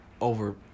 over